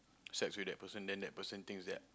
sex with that person then that person thinks that